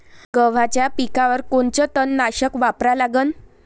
गव्हाच्या पिकावर कोनचं तननाशक वापरा लागन?